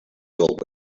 filled